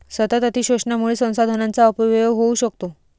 सतत अतिशोषणामुळे संसाधनांचा अपव्यय होऊ शकतो